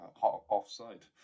offside